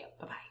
Bye-bye